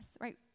right